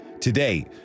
Today